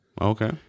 Okay